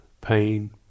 Pain